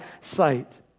sight